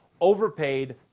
overpaid